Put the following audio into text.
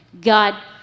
God